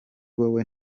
wowe